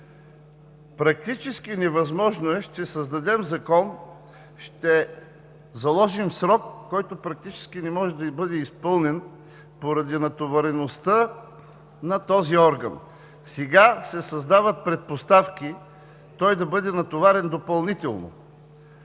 Практически невъзможно е, ще създадем закон, ще заложим срок, който практически не може да бъде изпълнен поради натовареността на този орган. Сега се създават предпоставки той да бъде натоварен допълнително,